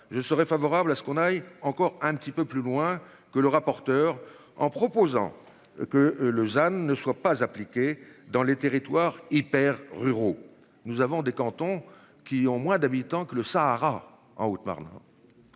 je serais favorable à ce qu'on aille encore un petit peu plus loin que le rapporteur en proposant que Lausanne ne soit pas appliquée dans les territoires hyper-ruraux. Nous avons des cantons qui ont moins d'habitants que le Sahara en Haute-Marne.